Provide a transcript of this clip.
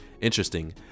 Interesting